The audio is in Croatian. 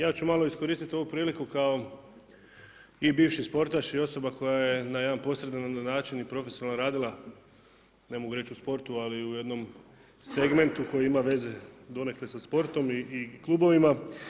Ja ću malo iskoristiti ovu priliku kao i bivši sportaš i osoba koja je na jedan posredan način i profesionalno radila, ne mogu reći u sportu, ali u jednom segmentu koji ima veze donekle sa sportom i klubovima.